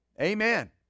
amen